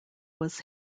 was